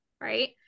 right